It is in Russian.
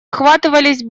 охватывались